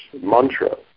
mantra